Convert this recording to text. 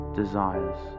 desires